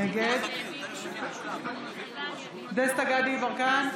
נגד דסטה גדי יברקן,